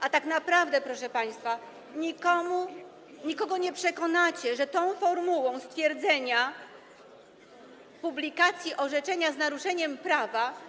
A tak naprawdę, proszę państwa, nikogo nie przekonacie tą formułą stwierdzenia publikacji orzeczenia z naruszeniem prawa.